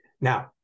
Now